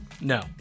No